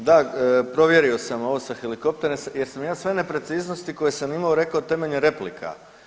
E, da provjerio sam ovo sa helikopterom jer sam ja sve nepreciznosti koje sam imao rekao temeljem replika.